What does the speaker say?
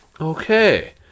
Okay